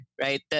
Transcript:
Right